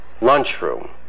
lunchroom